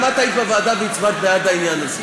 גם את היית בוועדה והצבעת בעד העניין הזה.